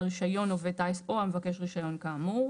רישיון עובד טיס או המבקש רישיון כאמור".